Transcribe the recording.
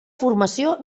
formació